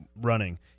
running